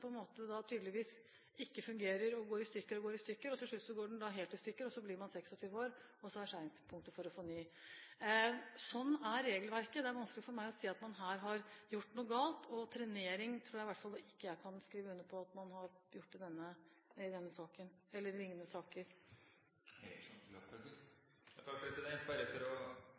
tydeligvis ikke fungerer, og som stadig går i stykker. Til slutt går den helt i stykker, og man har blitt 26 år og har nådd skjæringspunktet for å få ny. Slik er regelverket. Det er vanskelig for meg å si at man her har gjort noe galt, og «trenering» tror i hvert fall ikke jeg jeg kan skrive under på at man har drevet med i denne saken eller i liknende saker.